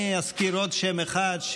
אני אזכיר עוד שם אחד,